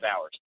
hours